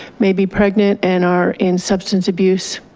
may be pregnant and are in substance abuse,